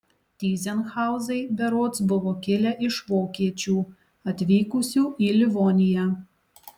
tyzenhauzai berods buvo kilę iš vokiečių atvykusių į livoniją